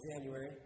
January